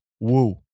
woo